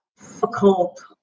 difficult